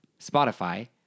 Spotify